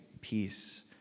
peace